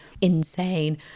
insane